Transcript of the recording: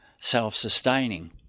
self-sustaining